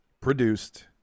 produced